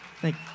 Thank